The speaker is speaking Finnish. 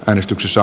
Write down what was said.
äänestyksessä